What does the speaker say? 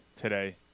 Today